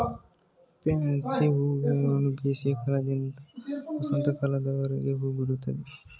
fancy ಹೂಗಿಡಗಳು ಬೇಸಿಗೆ ಕಾಲದಿಂದ ವಸಂತ ಕಾಲದವರೆಗೆ ಹೂಬಿಡುತ್ತವೆ